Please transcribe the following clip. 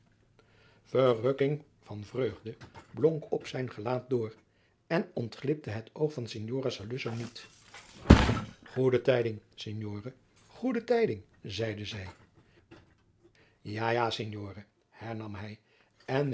verrukking van vreugde blonk op zijn gelaat door en ontglipte het oog van signora saluzzo niet goede tijding signore goede tijding zeide zij ja ja signora hetnam hij